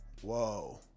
Whoa